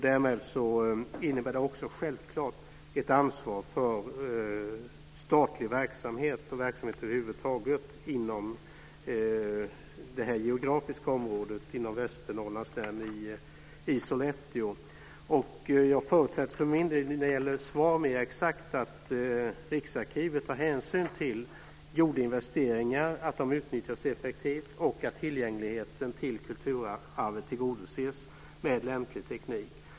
Det innebär också självklart ett ansvar för statlig verksamhet och verksamhet över huvud taget inom det geografiska området i Västernorrlands län i Sollefteå. Som ett mer exakt svar förutsätter jag att Riksarkivet tar hänsyn till gjorda investeringar, ser till att de utnyttjas effektivt och att tillgängligheten till kulturarvet tillgodoses med lämplig teknik.